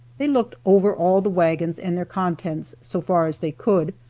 they looked over all the wagons and their contents, so far as they could,